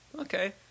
Okay